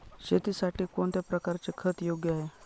शेतीसाठी कोणत्या प्रकारचे खत योग्य आहे?